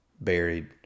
buried